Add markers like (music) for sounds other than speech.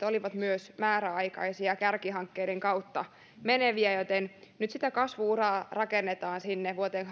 (unintelligible) olivat myös määräaikaisia kärkihankkeiden kautta meneviä nyt sitä kasvu uraa rakennetaan sinne vuoteen (unintelligible)